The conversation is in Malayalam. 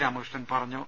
രാമകൃഷ്ണൻ പറഞ്ഞു